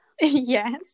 Yes